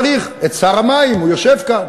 צריך את שר המים, הוא יושב כאן.